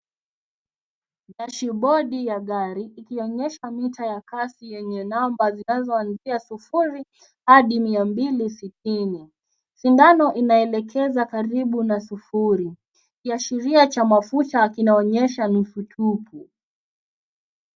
Dashibodi ya gari, ikionyesha mita ya kasi yenye namba zinazoanzia sufuri hadi mia mbili sitini. Sindano inaelekeza karibu na sufuri. Kikiashiria cha mafuta kinaonyesha nusu tupu.